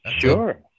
sure